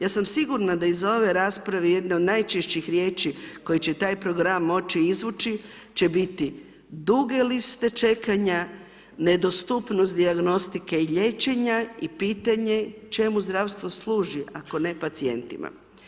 Ja sam sigurna da iz ove rasprave, jedna od najčešćih riječi koje će taj program moći izvući će biti duge liste čekanja, nedostupnost dijagnostike i liječenja i pitanje čemu zdravstvo služi ako ne pacijentima.